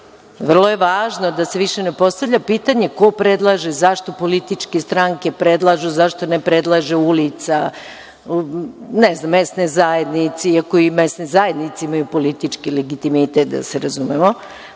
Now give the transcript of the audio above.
Vrlo je važno da se više ne postavlja pitanje ko predlaže, zašto političke stranke predlažu, zašto ne predlaže ulica, ne znam, mesne zajednice, iako i mesne zajednice imaju politički legitimitet, da se razumemo.